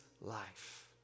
life